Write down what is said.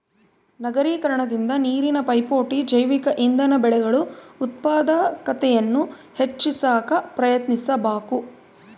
ನಗರೀಕರಣದಿಂದ ನೀರಿನ ಪೈಪೋಟಿ ಜೈವಿಕ ಇಂಧನ ಬೆಳೆಗಳು ಉತ್ಪಾದಕತೆಯನ್ನು ಹೆಚ್ಚಿ ಸಾಕ ಪ್ರಯತ್ನಿಸಬಕು